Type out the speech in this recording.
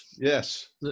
Yes